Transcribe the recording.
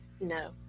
No